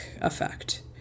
effect